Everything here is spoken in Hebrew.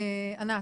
ענת?